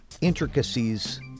intricacies